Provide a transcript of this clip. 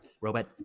Robot